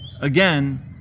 Again